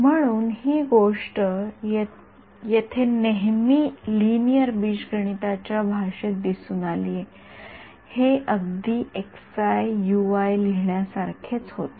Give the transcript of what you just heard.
म्हणून ही गोष्ट येथे नेहमी लिनिअर बीजगणिताच्या भाषेत दिसून आली हे अगदी लिहिण्यासारखेच होते बरोबर